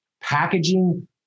packaging